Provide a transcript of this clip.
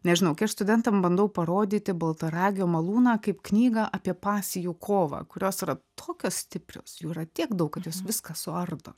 nežinau kaip studentams bandau parodyti baltaragio malūną kaip knygą apie pasijų kovą kurios yra tokios stiprios jų yra tiek daug kad jos viską suardo